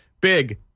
big